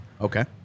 okay